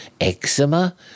Eczema